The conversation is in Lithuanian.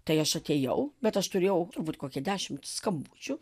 tai aš atėjau bet aš turėjau turbūt kokį dešimt skambučių